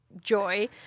joy